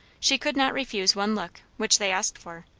she could not refuse one look, which they asked for.